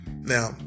Now